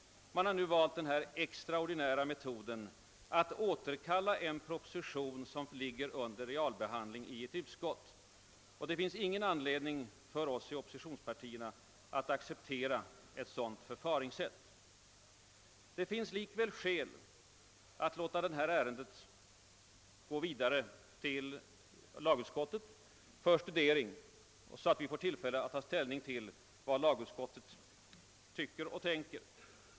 Man har valt den extraordinära metoden att återkalla en propositien som ligger under realbehandling i ett utskott. Det finns ingen anledning för oss i oppositionspartierna att acceptera ett sådant förfaringssätt. Likväl finns det skäl att låta ärendet gå vidare till lagutskottet för behandling, så att vi får tillfälle ta ställning till vad utskottet tycker och tänker.